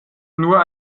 nur